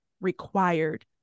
required